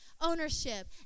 ownership